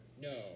no